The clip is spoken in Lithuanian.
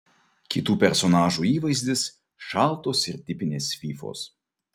kitų personažų įvaizdis šaltos ir tipinės fyfos